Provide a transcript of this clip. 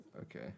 Okay